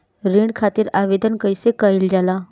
ऋण खातिर आवेदन कैसे कयील जाला?